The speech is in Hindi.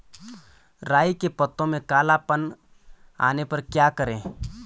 राई के पत्तों में काला पन आने पर क्या करें?